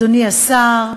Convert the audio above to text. אדוני השר,